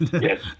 Yes